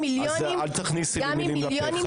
אל תכניסי לי מילים לפה.